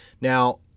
Now